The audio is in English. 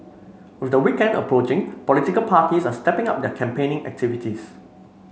with the weekend approaching political parties are stepping up their campaigning activities